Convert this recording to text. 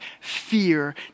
fear